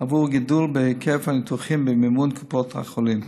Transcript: עבור גידול בהיקף הניתוחים במימון קופות החולים.